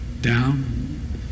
down